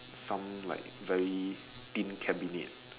some like very thin cabinet